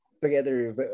together